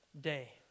day